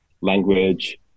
language